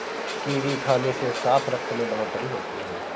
kiwi खाने से साफ रक्त में बढ़ोतरी होती है